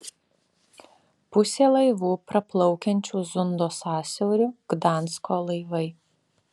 pusė laivų praplaukiančių zundo sąsiauriu gdansko laivai